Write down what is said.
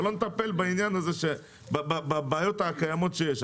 אבל לא נטפל בבעיות הקיימות שיש.